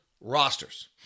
rosters